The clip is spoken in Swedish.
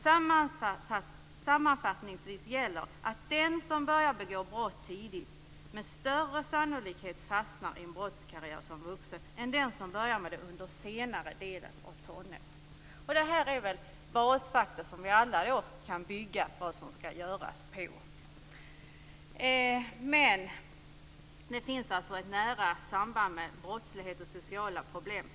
Sammanfattningsvis gäller följande: Den som börjar begå brott tidigt fastnar med större sannolikhet i en brottskarriär som vuxen än den som börjar med brott under den senare delen av tonåren. Detta är basfaktum som vi alla kan bygga vidare på. Det finns ett nära samband mellan brottslighet och sociala problem.